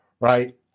right